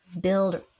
build